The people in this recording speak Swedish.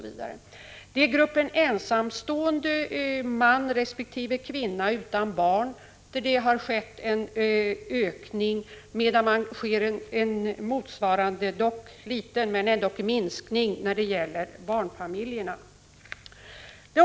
I gruppen ensamstående man resp. kvinna utan barn har det skett en ökning, medan det skett en motsvarande minskning — låt vara att den är liten — när det gäller barnfamiljerna.